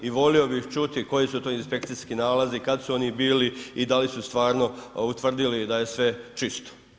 I volio bih čuti koji su to inspekcijski nalazi, kad su oni bili i da li su stvarno utvrdili da je sve čisto.